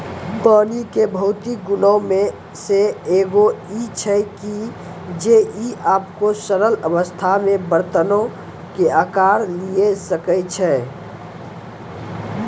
पानी के भौतिक गुणो मे से एगो इ छै जे इ अपनो तरल अवस्था मे बरतनो के अकार लिये सकै छै